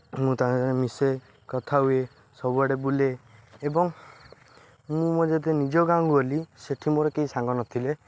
ମୁଁ ତାଙ୍କ ସହ ମିଶେ କଥା ହୁଏ ସବୁଆଡ଼େ ବୁଲେ ଏବଂ ମୁଁ ମୋ ଯଦି ନିଜ ଗାଁକୁ ଗଲି ସେଇଠି ମୋର କେହି ସାଙ୍ଗ ନଥିଲେ